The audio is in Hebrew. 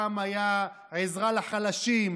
פעם הייתה עזרה לחלשים,